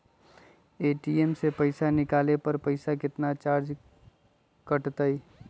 ATM से पईसा निकाले पर पईसा केतना चार्ज कटतई?